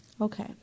Okay